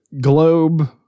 globe